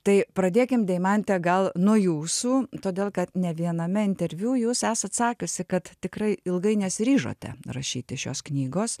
tai pradėkim deimante gal nuo jūsų todėl kad ne viename interviu jūs esat sakiusi kad tikrai ilgai nesiryžote rašyti šios knygos